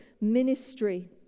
ministry